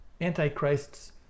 antichrists